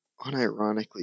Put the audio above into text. unironically